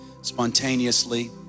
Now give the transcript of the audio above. spontaneously